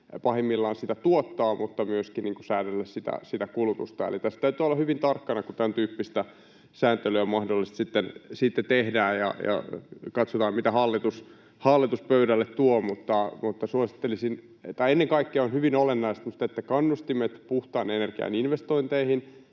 pahimmillaan kannustimet tuottaa sitä mutta myöskin säädellä kulutusta. Eli tässä täytyy olla hyvin tarkkana, kun tämäntyyppistä sääntelyä mahdollisesti sitten tehdään. Katsotaan, mitä hallitus pöydälle tuo, mutta ennen kaikkea on hyvin olennaista just, että kannustimet puhtaan energian investointeihin